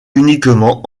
uniquement